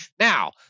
Now